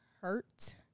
hurt